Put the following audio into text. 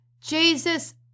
Jesus